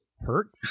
hurt